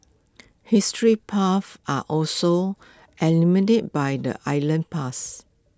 history buffs are also enamoured by the island's past